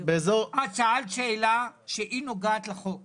את שאלת שאלה שהיא נוגעת לחוק הזה.